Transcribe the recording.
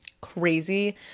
Crazy